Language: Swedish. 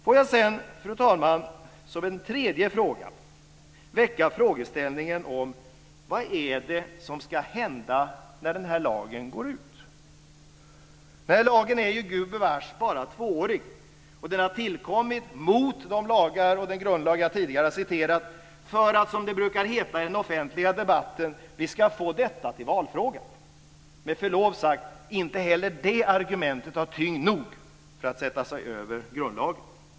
Får jag sedan, fru talman, som en tredje punkt väcka frågeställningen om vad det är som ska hända när denna lag upphör att gälla. Lagen är gubevars bara tvåårig, och den har tillkommit mot de lagar och den grundlag jag tidigare har citerat för att, som det brukar heta i den offentliga debatten, denna fråga ska bli till valfråga. Inte heller det argumentet har med förlov sagt tyngd nog för att man ska kunna sätta sig över grundlagen.